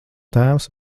tēvs